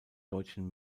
deutschen